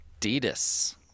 Adidas